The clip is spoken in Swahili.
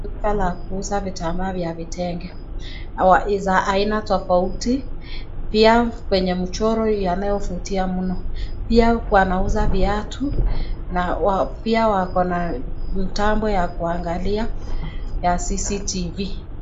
Duka la kuuza vitambaa vya vitenge. Ni za aina tofauti, pia penye mchoro unayofutia mno. Pia wanauza viatu na pia wako na mtambo ya kuangalia ya CCTV .